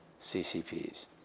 CCPs